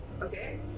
Okay